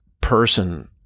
person